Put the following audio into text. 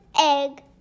egg